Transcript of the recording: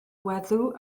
weddw